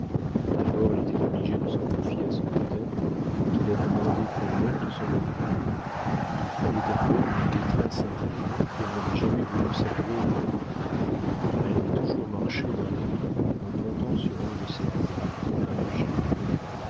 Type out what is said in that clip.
d'abord elle était obligée de se confier à son notaire qu'elle avait mandé pour l'heure de son lever il fallait avouer une détresse intérieure qu'elle n'avait jamais voulu s'avouer à elle-même car elle avait toujours marché vers l'abîme en comptant sur un de ces hasards qui n'arrivent jamais